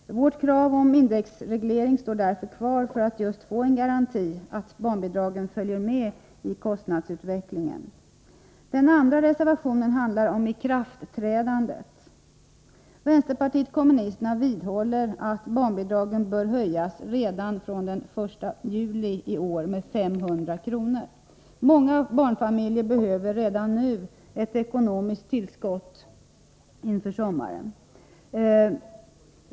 Vårt krav om indexreglering står därför kvar för att få en garanti att barnbidragen följer med i kostnadsutvecklingen. Den andra reservationen handlar om ikraftträdandet. Vänsterpartiet kommunisterna vidhåller att barnbidragen bör höjas redan från den 1 juli i år med 500 kr. Många barnfamiljer behöver redan nu ett ekonomiskt tillskott inför sommaren.